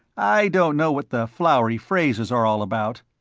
i don't know what the flowery phrases are all about,